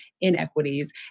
inequities